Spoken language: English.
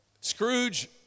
Scrooge